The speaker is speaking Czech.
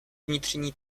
vnitřní